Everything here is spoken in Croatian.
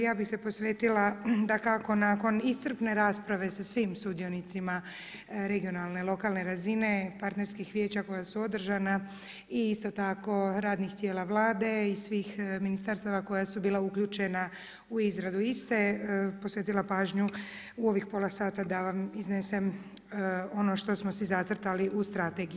Ja bih se posvetila, dakako nakon iscrpne rasprave sa svim sudionicima regionalne lokalne razine, partnerskih vijeća koja su održana i isto tako radnih tijela Vlade i svih ministarstava koja su bila uključena u izradu iste posvetila pažnju u ovih pola sata da vam iznesem ono što smo si zacrtali u strategiji.